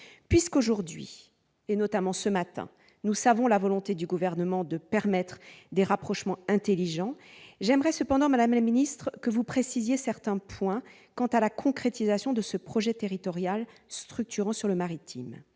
Puisqu'aujourd'hui, notamment depuis ce matin, nous savons la volonté du Gouvernement de permettre des rapprochements intelligents, j'aimerais cependant, madame la secrétaire d'État, que vous précisiez certains points quant à la concrétisation de ce projet territorial structurant sur le maritime